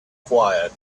quiet